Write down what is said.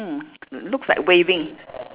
mm looks like waving